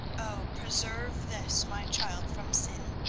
oh, preserve this my child from sin,